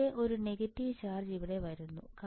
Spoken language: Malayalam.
പക്ഷേ ഒരു നെഗറ്റീവ് ചാർജ് ഇവിടെ വരുന്നു